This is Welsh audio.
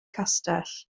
castell